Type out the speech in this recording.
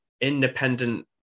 independent